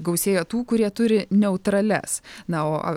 gausėja tų kurie turi neutralias na o